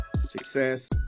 success